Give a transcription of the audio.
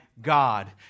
God